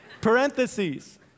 Parentheses